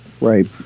Right